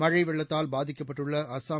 மழை வெள்ளத்தால் பாதிக்கப்பட்டுள்ள அசாம்